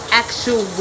actual